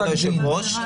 כבוד היושב-ראש,